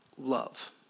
love